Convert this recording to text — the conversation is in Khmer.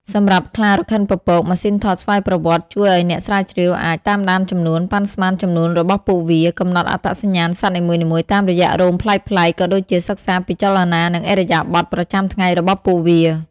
សម្រាប់ខ្លារខិនពពក ម៉ាស៊ីនថតស្វ័យប្រវត្តិជួយឲ្យអ្នកស្រាវជ្រាវអាច តាមដានចំនួន ប៉ាន់ស្មានចំនួនរបស់ពួកវា កំណត់អត្តសញ្ញាណសត្វនីមួយៗតាមរយៈរោមប្លែកៗ ក៏ដូចជាសិក្សាពី ចលនា និងឥរិយាបថ ប្រចាំថ្ងៃរបស់ពួកវា។